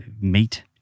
meat